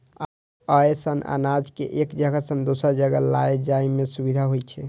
अय सं अनाज कें एक जगह सं दोसर जगह लए जाइ में सुविधा होइ छै